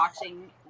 watching